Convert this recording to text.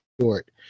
short